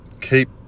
keep